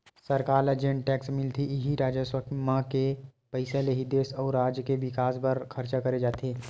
सरकार ल जेन टेक्स मिलथे इही राजस्व म के पइसा ले ही देस अउ राज के बिकास बर खरचा करे जाथे